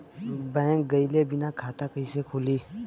Bank गइले बिना खाता कईसे खुली?